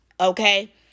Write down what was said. Okay